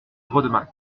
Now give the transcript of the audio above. rodemack